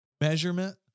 measurement